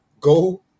go